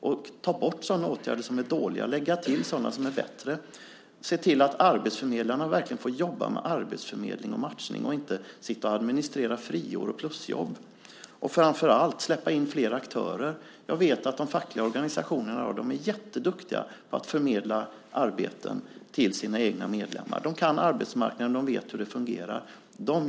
Vi tar bort sådana åtgärder som är dåliga och lägger till sådana som är bättre. Vi ser till att arbetsförmedlingarna verkligen får jobba med arbetsförmedling och matchning i stället för med administrering av friår och plusjobb. Framför allt ska vi släppa in flera aktörer. Jag vet att de fackliga organisationerna är jätteduktiga på att förmedla arbeten till sina egna medlemmar. De kan arbetsmarknaden. De vet hur den fungerar.